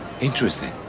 Interesting